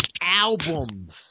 albums